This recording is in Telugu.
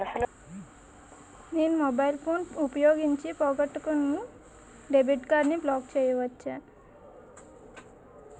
నేను మొబైల్ ఫోన్ ఉపయోగించి పోగొట్టుకున్న డెబిట్ కార్డ్ని బ్లాక్ చేయవచ్చా?